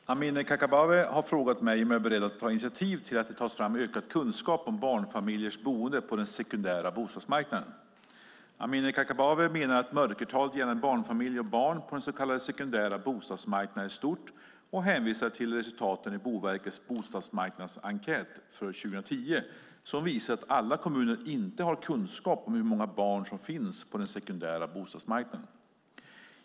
Fru talman! Amineh Kakabaveh har frågat mig om jag är beredd att ta initiativ till att det tas fram ökad kunskap om barnfamiljers boende på den sekundära bostadsmarknaden. Amineh Kakabaveh menar att mörkertalet gällande barnfamiljer och barn på den så kallade sekundära bostadsmarknaden är stort och hänvisar till resultaten i Boverkets bostadsmarknadsenkät för 2010 som visar att alla kommuner inte har kunskap om hur många barn som finns på den sekundära bostadsmarknaden.